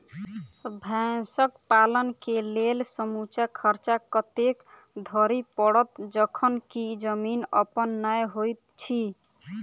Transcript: भैंसक पालन केँ लेल समूचा खर्चा कतेक धरि पड़त? जखन की जमीन अप्पन नै होइत छी